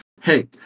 hey